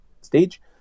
stage